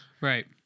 Right